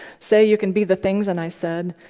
say you can be the things. and i said,